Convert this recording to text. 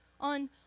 on